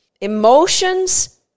Emotions